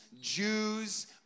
Jews